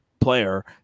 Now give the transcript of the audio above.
player